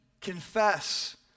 confess